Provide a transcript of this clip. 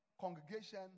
congregation